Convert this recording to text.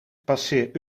passeer